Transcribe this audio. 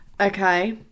Okay